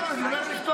הוא יביא לך.